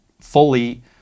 fully